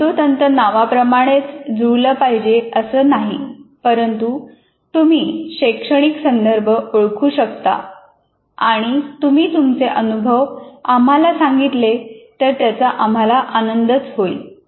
तंतोतंत नावाप्रमाणेच जुळले पाहिजे असे नाही परंतु तुम्ही शैक्षणिक संदर्भ ओळखू शकता आणि तुम्ही तुमचे अनुभव आम्हाला सांगितले तर त्याचा आम्हाला आनंदच होईल